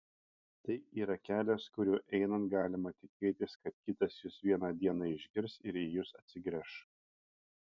tai yra kelias kuriuo einant galima tikėtis kad kitas jus vieną dieną išgirs ir į jus atsigręš